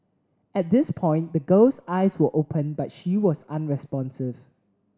at this point the girl's eyes were open but she was unresponsive